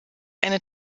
eine